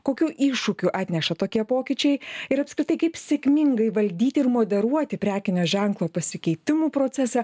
kokių iššūkių atneša tokie pokyčiai ir apskritai kaip sėkmingai valdyti ir moderuoti prekinio ženklo pasikeitimų procesą